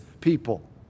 people